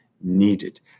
needed